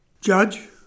Judge